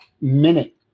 minute